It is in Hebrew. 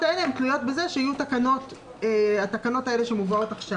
האלה תלויות בזה שיהיו התקנות האלה שמובאות עכשיו.